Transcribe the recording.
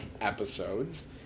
episodes